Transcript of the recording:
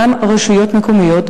אותן רשויות מקומיות,